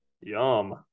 yum